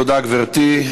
תודה, גברתי.